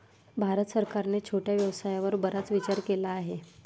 भारत सरकारने छोट्या व्यवसायावर बराच विचार केला आहे